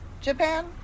Japan